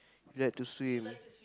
you like to swim